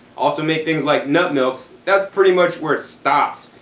also make things like nut milks, that's pretty much where it stops.